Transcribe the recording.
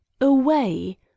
away